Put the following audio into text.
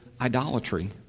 idolatry